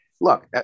Look